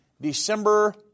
December